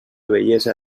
bellesa